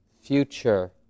future